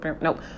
Nope